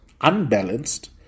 unbalanced